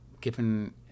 given –